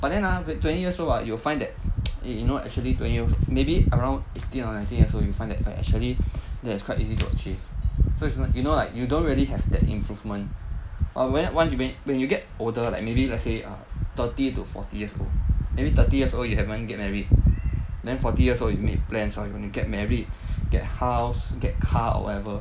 but then ah twenty years old ah you will find that you know actually twenty maybe around eighteen or nineteen years old you will find that actually that it's quite easy to achieve so it's not you know like you don't really have that improvement err once you when you get older like maybe let's say maybe thirty or forty years old maybe thirty years old you haven't get married then forty years you make plans lor when you get married get house get car or whatever